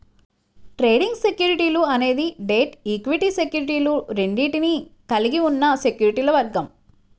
trading సెక్యూరిటీలు అనేది debt, equity సెక్యూరిటీలు రెండింటినీ కలిగి ఉన్న సెక్యూరిటీల వర్గం